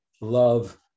love